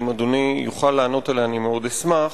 ואם אדוני יוכל לענות עליה אני מאוד אשמח.